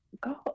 go